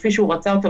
כפי שהוא רצה אותו,